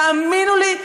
תאמינו לי,